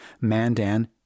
Mandan